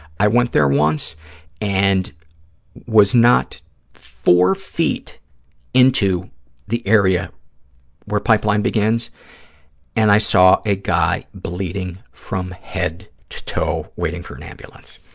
i went there once and was not four feet into the area where pipeline begins and i saw a guy bleeding from head to toe, waiting for am and ambulance.